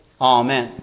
Amen